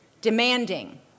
demanding